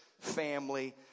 family